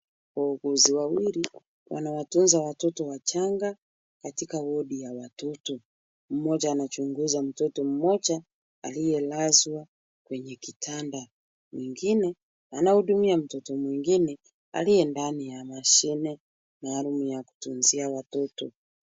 Wauguzi wawili wanawatunza watoto wachanga katika wodi ya watoto. Mmoja anachunguza mtoto mmoja aliyelazwa kwenye kitanda, mwengine anahudumia mtoto mwengine aliye ndani ya mashine maalum ya kutunzia watoto.